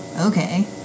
okay